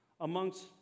amongst